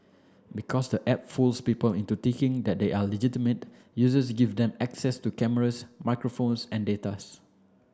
because the app fools people into thinking that they are legitimate users give them access to cameras microphones and data's